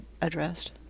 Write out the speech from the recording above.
addressed